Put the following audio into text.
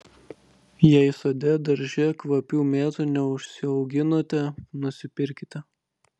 jei sode darže kvapių mėtų neužsiauginote nusipirkite